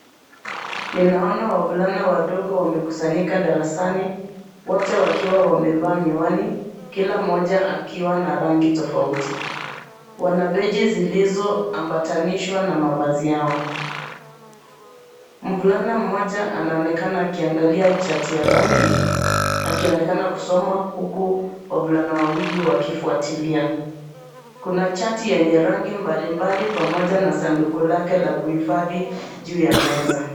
Ninaona wavulana wadogo wamekusanyika darasani: wote wakiwa wamevaa miwani, kila mmoja akiwa na rangi tofauti. Wana beji zilizoambatanishwa na mavazi yao. Mvulana mmoja anaonekana akiangalia chati ya rangi: akionekana kusoma huku wavulana wawili wakifuatilia. Kuna chati yenye rangi mbalimbali pamoja na sanduku lake la kuhifadhi juu ya meza.